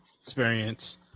experience